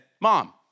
Mom